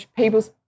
people's